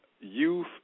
Youth